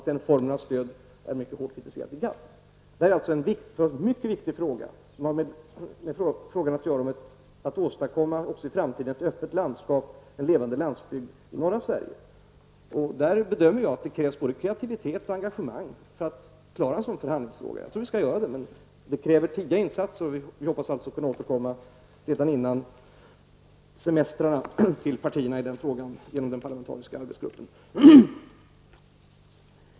Den formen av stöd är mycket kritiserad i GATT. Det är en mycket viktig fråga som har att göra med om vi även i framtiden skall kunna åstadkomma ett öppet landskap, en levande landsbygd i norra Sverige. Jag bedömer att det krävs både kreativitet och engagemang för att klara en sådan förhandlingsfråga. Jag tror att vi kan göra det, men kräver tidiga insatser. Vi hoppas kunna återkomma till partierna i den frågan före semestrarna i den parlamentariska arbetsgruppen.